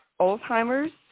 Alzheimer's